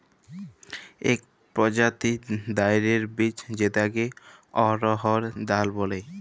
ইক পরজাতির ডাইলের বীজ যেটাকে অড়হর ডাল ব্যলে